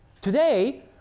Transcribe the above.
Today